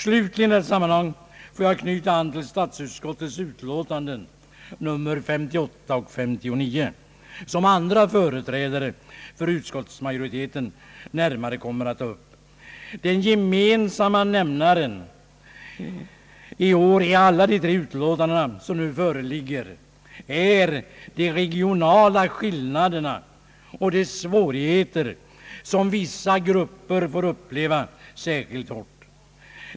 Slutligen vill jag något knyta an till statsutskottets utlåtanden nr 58 och 59 som andra företrädare för utskottsmajoriteten närmare kommer att ta upp. Den gemensamma nämnaren i år i de tre utlåtanden som nu föreligger är de regionala skillnaderna och de svårigheter som vissa grupper får uppleva särskilt hårt.